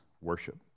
worship